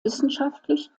wissenschaftlich